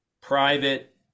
private